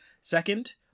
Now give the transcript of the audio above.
Second